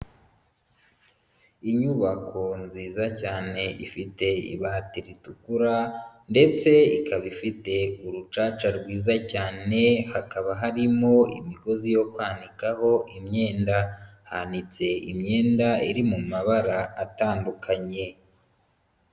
Inyubako nziza cyane ifite ibati ritukura ndetse ikaba ifite urucaca rwiza cyane, hakaba harimo imigozi yo kwanikaho imyenda, hanitse imyenda, iri mu mabara atandukanye.